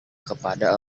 kepada